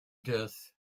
death